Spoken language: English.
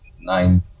nine